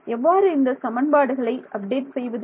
எவ்வாறு இந்த சமன்பாடுகளை அப்டேட் செய்வது